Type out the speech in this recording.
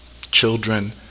children